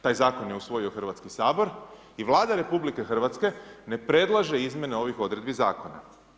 Taj Zakon je usvojio Hrvatski sabor i Vlada RH ne predlaže izmjene ovih odredbi Zakona.